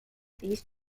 these